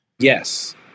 Yes